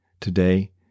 today